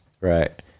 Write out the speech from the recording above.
Right